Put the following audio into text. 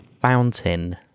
fountain